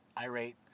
irate